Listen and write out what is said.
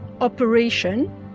operation